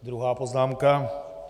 Druhá poznámka.